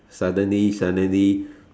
suddenly suddenly